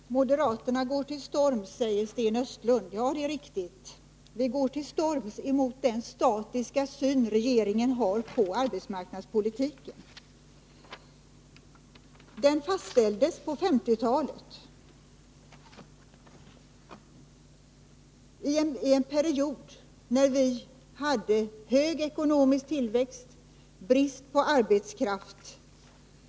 Herr talman! Moderaterna går till storms, säger Sten Östlund. Ja, det är riktigt. Vi går till storms mot den statiska syn som regeringen har på arbetsmarknadspolitiken. Den fastställdes på 1950-talet under en period när vi hade god ekonomisk tillväxt och brist på arbetskraft.